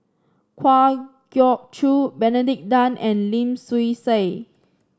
Kwa Geok Choo Benedict Tan and Lim Swee Say